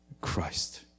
Christ